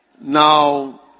now